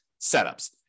setups